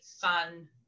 fun